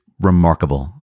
remarkable